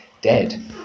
dead